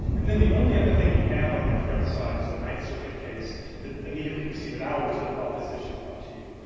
and then the only other thing you have on my friend's side is the ninth circuit case that immediately preceded ours that brought this issue up to you.